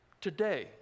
today